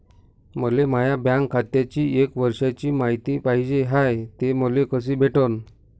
मले माया बँक खात्याची एक वर्षाची मायती पाहिजे हाय, ते मले कसी भेटनं?